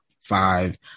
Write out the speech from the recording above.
five